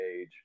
age